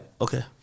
Okay